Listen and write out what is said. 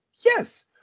Yes